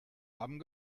haben